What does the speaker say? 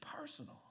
personal